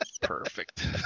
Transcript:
Perfect